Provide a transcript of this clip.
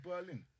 Berlin